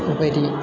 उपरि